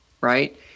right